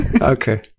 Okay